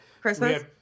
Christmas